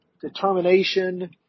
determination